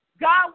God